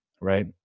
right